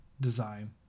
design